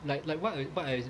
like like what I what I